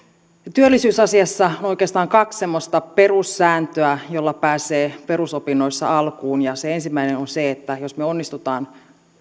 työllisyysasiassa on oikeastaan kaksi semmoista perussääntöä joilla pääsee perusopinnoissa alkuun ensimmäinen on se että jos me onnistumme